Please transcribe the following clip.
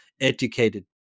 educated